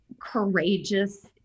courageous